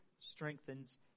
strengthens